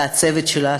והצוות שלה,